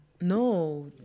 No